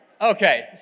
Okay